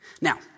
Now